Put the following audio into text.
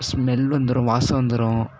smell வந்துடும் வாசம் வந்துடும்